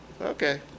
okay